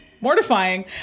mortifying